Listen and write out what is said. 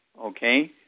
okay